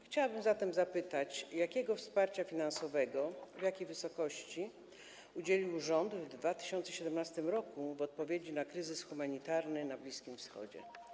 Chciałabym zatem zapytać: Jakiego wsparcia finansowego, w jakiej wysokości udzielił rząd w 2017 r. w odpowiedzi na kryzys humanitarny na Bliskim Wschodzie?